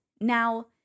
Now